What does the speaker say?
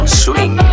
swing